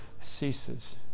ceases